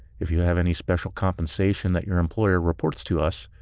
if you have any special compensation that your employer reports to us,